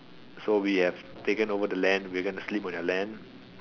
so we have taken over the land we're gonna sleep on the land